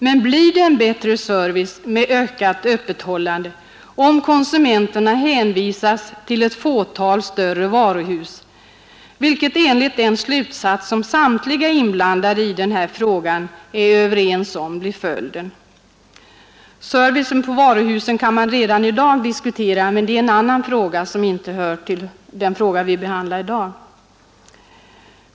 Men blir det en bättre service med ökat öppethållande, om konsumenterna hänvisas till ett fåtal större varuhus, vilket enligt den slutsats som samtliga inblandade i den här frågan är överens om blir följden? Servicen på varuhusen kan man redan i dag diskutera, men det är en annan fråga som inte hör till det ärende vi behandlar i dag.